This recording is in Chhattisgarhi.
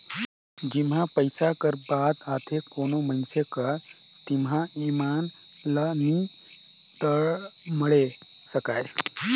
जिहां पइसा कर बात आथे कोनो मइनसे कर तिहां ईमान ल नी टमड़े सकाए